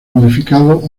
modificado